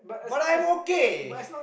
but I'm okay